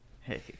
Hey